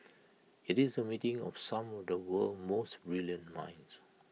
IT is A meeting of some of the world's most brilliant minds